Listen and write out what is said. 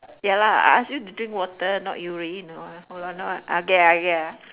ya lah I ask you to drink water not urine hold on ah okay ah okay ah